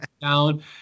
down